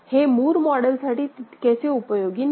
हे Moore model साठी तितकेसे उपयोगी नाही